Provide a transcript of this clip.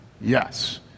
Yes